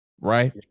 right